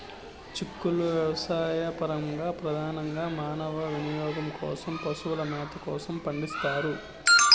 చిక్కుళ్ళు వ్యవసాయపరంగా, ప్రధానంగా మానవ వినియోగం కోసం, పశువుల మేత కోసం పండిస్తారు